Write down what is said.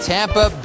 Tampa